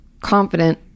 confident